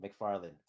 mcfarland